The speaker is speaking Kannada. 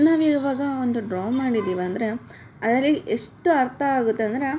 ನಾವು ಇವಾಗ ಒಂದು ಡ್ರಾ ಮಾಡಿದ್ದೀವಿ ಅಂದರೆ ಅದರಲ್ಲಿ ಎಷ್ಟು ಅರ್ಥ ಆಗುತ್ತೆ ಅಂದರೆ